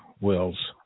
Wills